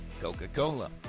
Coca-Cola